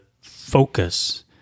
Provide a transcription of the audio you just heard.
focus